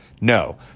no